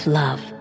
love